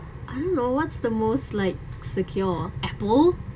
I don't know what's the most like secure apple